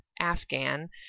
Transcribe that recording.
afghan